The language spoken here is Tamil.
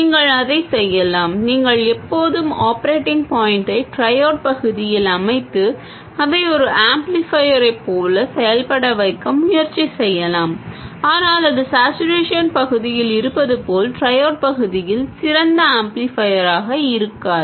நீங்கள் அதைச் செய்யலாம் நீங்கள் எப்போதும் ஆப்ரேட்டிங் பாயின்ட்டை ட்ரையோட் பகுதியில் அமைத்து அதை ஒரு ஆம்ப்ளிஃபையரைப் போலச் செயல்பட வைக்க முயற்சி செய்யலாம் ஆனால் அது சேட்சுரேஷன் பகுதியில் இருப்பது போல் ட்ரையோட் பகுதியில் சிறந்த ஆம்ப்ளிஃபையராக இருக்காது